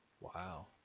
Wow